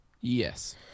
Yes